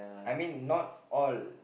I mean not all